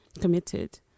committed